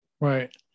Right